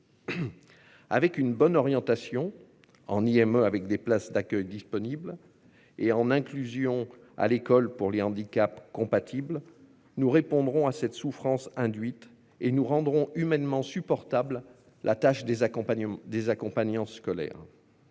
Avec une bonne orientation en IME avec des places d'accueil disponibles. Et en inclusion à l'école pour les handicaps compatible, nous répondrons à cette souffrance induite et nous rendrons humainement supportable la tâche des accompagnements, des